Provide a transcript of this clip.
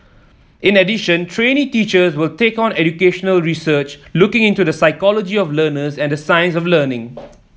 in addition trainee teachers will take on educational research looking into the psychology of learners and the science of learning